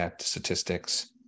statistics